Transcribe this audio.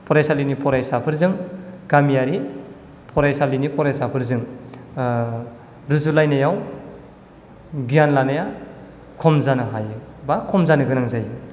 फरायसालिनि फरायसाफोरजों गामियारि फरायसालिनि फरायसाफोरजों रुजु लायनायाव गियान लानाया खम जानो हायो बा खम जानो गोनां जायो